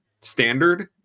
standard